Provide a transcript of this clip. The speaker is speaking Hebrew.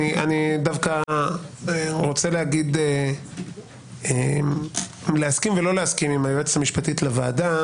אני רוצה להסכים ולא להסכים עם היועצת המשפטית לוועדה